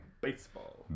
Baseball